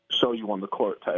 show-you-on-the-court